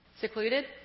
Secluded